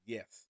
Yes